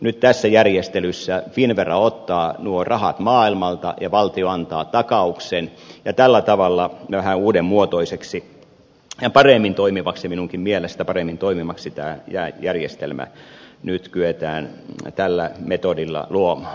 nyt tässä järjestelyssä finnvera ottaa nuo rahat maailmalta ja valtio antaa takauksen ja tällä tavalla vähän uudenmuotoiseksi ja paremmin toimivaksi minunkin mielestä paremmin toimivaksi tämä järjestelmä nyt kyetään tällä metodilla luomaan